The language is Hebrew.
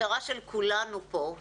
המטרה של כולנו פה,